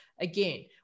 again